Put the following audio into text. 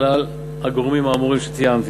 כלל הגורמים האמורים שציינתי